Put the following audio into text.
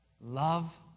Love